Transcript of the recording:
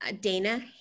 Dana